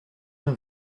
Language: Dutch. een